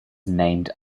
named